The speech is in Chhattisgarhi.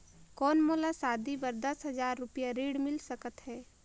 कौन मोला शादी बर दस हजार रुपिया ऋण मिल सकत है?